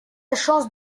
chance